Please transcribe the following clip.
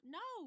no